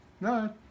No